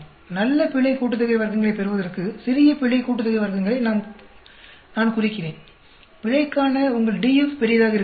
நல்ல பிழை கூட்டுத்தொகை வர்க்கங்களைப் பெறுவதற்கு சிறிய பிழை கூட்டுத்தொகை வர்க்கங்களை நான் குறிக்கிறேன் பிழைக்கான உங்கள் DF பெரியதாக இருக்க வேண்டும்